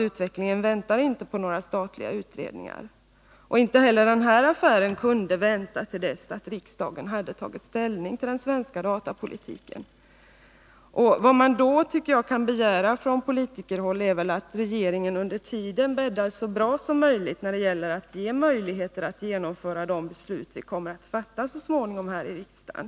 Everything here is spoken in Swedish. Utvecklingen väntar inte på några statliga utredningar, och inte heller den här affären kunde vänta till dess att riksdagen tagit ställning till den svenska datapolitiken. Vad som då kan begäras från politikerhåll är att regeringen under tiden bäddar så bra som möjligt för genomförandet av de beslut som kommer att fattas så småningom här i riksdagen.